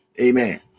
amen